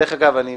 דרך אגב, אני